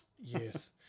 Yes